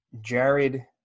Jared